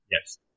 Yes